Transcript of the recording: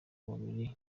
mubiri